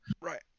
right